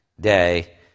day